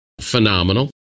Phenomenal